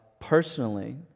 personally